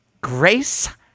grace